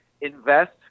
invest